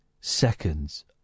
seconds